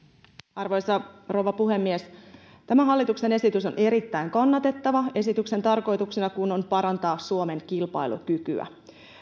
arvoisa rouva puhemies tämä hallituksen esitys on erittäin kannatettava esityksen tarkoituksena kun on parantaa suomen kilpailukykyä